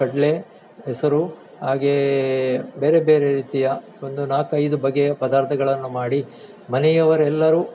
ಕಡಲೆ ಹೆಸರು ಹಾಗೆಯೇ ಬೇರೆ ಬೇರೆ ರೀತಿಯ ಒಂದು ನಾಲ್ಕೈದು ಬಗೆಯ ಪದಾರ್ಥಗಳನ್ನು ಮಾಡಿ ಮನೆಯವರೆಲ್ಲರೂ